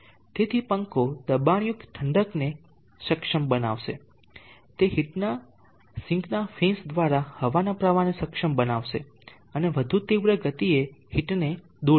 તેથી પંખો દબાણયુક્ત ઠંડકને સક્ષમ બનાવશે તે હીટના સિંકના ફિન્સ દ્વારા હવાના પ્રવાહને સક્ષમ બનાવશે અને વધુ તીવ્ર ગતિએ હીટને દૂર કરશે